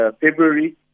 February